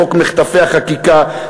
חוק מחטפי החקיקה,